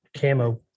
camo